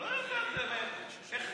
כשסגרו לו רחובות שלמים, אין.